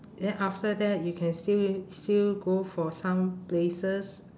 then after that you can still still go for some places